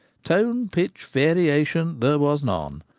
tone, pitch, variation there was none.